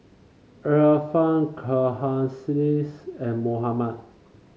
Irfan Khalish and Muhammad